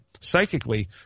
psychically